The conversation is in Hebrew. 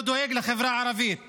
ולא דואג לחברה הערבית